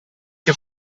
che